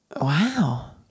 Wow